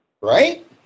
Right